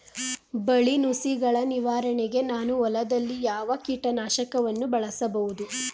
ಬಿಳಿ ನುಸಿಗಳ ನಿವಾರಣೆಗೆ ನಾನು ಹೊಲದಲ್ಲಿ ಯಾವ ಕೀಟ ನಾಶಕವನ್ನು ಬಳಸಬಹುದು?